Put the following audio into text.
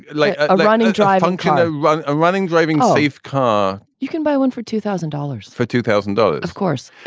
like a running drive on kind of run a running driving car. you can buy one for two thousand dollars. for two thousand dollars. of course.